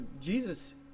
Jesus